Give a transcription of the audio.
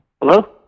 Hello